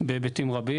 בהיבטים רבים.